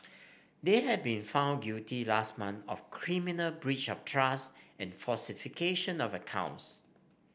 they had been found guilty last month of criminal breach of trust and falsification of accounts